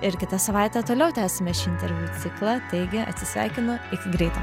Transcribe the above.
ir kitą savaitę toliau tęsime šį interviu ciklą taigi atsisveikinu iki greito